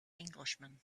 englishman